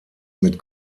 mit